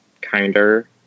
kinder